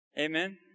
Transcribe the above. Amen